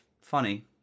funny